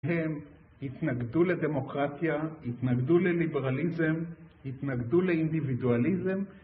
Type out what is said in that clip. הם התנגדו לדמוקרטיה, התנגדו לליברליזם, התנגדו לאינדיבידואליזם